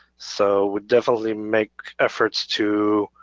so we definitely make efforts to